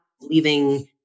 leaving